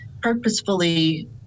purposefully